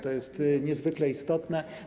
To jest niezwykle istotne.